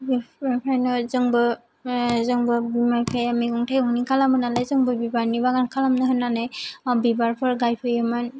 बेखायनो जोंबो बिमा बिफाया मैगं थाइगंनि खालामो नालाय जोंबो बिबारनि बागान खालामनो होननानै बिबारफोर गायफैयोमोन